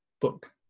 book